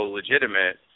legitimate